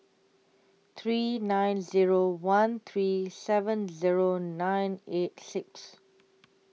three nine Zero one three seven Zero nine eight six